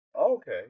Okay